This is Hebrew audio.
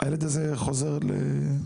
הילד הזה חוזר לפיליפינים?